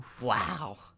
Wow